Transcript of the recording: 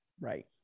Right